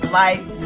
life